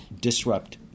disrupt